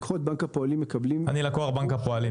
לקוחות בנק הפועלים מקבלים --- אני לקוח בנק הפועלים.